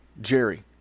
Jerry